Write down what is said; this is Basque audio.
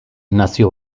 nazio